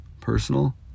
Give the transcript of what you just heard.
personal